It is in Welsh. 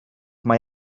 mae